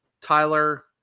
Tyler